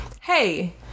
hey